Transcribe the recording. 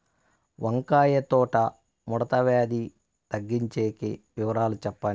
వంకాయ తోట ముడత వ్యాధి తగ్గించేకి వివరాలు చెప్పండి?